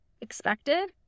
Expected